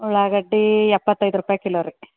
ಉಳ್ಳಾಗಡ್ಡೆ ಎಪ್ಪತ್ತೈದು ರೂಪಾಯಿ ಕಿಲೋ ರೀ